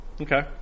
Okay